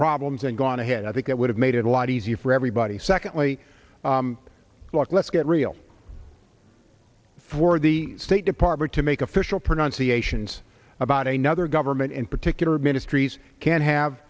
problems and gone ahead i think it would have made it a lot easier for everybody secondly look let's get real for the state department to make official pronunciations about a nother government in particular ministries can